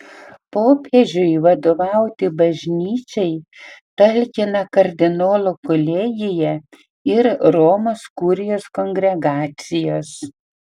popiežiui vadovauti bažnyčiai talkina kardinolų kolegija ir romos kurijos kongregacijos